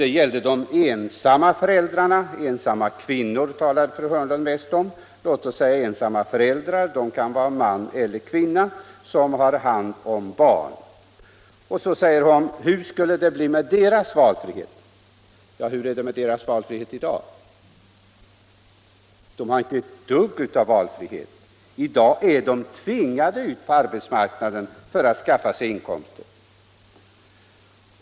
Hon talade mest om ensamma kvinnor, men låt oss i stället säga ensamma föräldrar, män eller kvinnor, som har hand om barn. Fru Hörnlund frågade: Hur skulle det bli med deras valfrihet? Ja, hur är det med deras valfrihet i dag? De har inte ett dugg valfrihet! I dag är de tvingade ut på arbetsmarknaden för att skaffa sig inkomster.